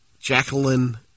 Jacqueline